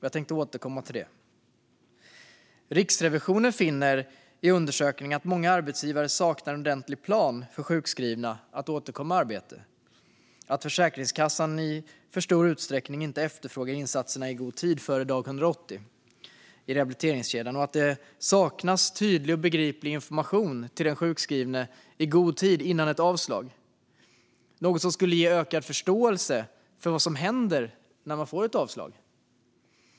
Jag tänkte återkomma till det. Riksrevisionen finner i undersökningen att många arbetsgivare saknar en ordentlig plan för sjukskrivnas återgång i arbete, att Försäkringskassan i för stor utsträckning inte efterfrågar insatserna i god tid före dag 180 i rehabiliteringskedjan och att det saknas tydlig och begriplig information till den sjukskrivne i god tid före ett avslag. Det är något som skulle ge ökad förståelse för vad som händer när man får ett avslag.